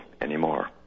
anymore